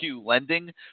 Lending